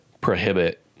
prohibit